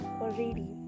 already